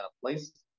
place